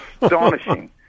astonishing